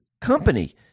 company